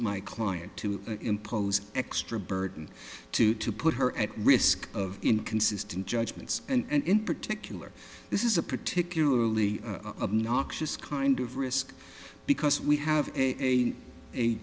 my client to impose extra burden to to put her at risk of inconsistent judgments and in particular this is a particularly obnoxious kind of risk because we have a a